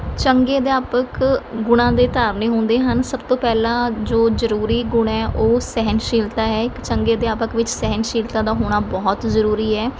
ਚੰਗੇ ਅਧਿਆਪਕ ਗੁਣਾਂ ਦੇ ਧਾਰਨੀ ਹੁੰਦੇ ਹਨ ਸਭ ਤੋਂ ਪਹਿਲਾਂ ਜੋ ਜ਼ਰੂਰੀ ਗੁਣ ਹੈ ਉਹ ਸਹਿਣਸ਼ੀਲਤਾ ਹੈ ਇੱਕ ਚੰਗੇ ਅਧਿਆਪਕ ਵਿੱਚ ਸਹਿਣਸ਼ੀਲਤਾ ਦਾ ਹੋਣਾ ਬਹੁਤ ਜ਼ਰੂਰੀ ਹੈ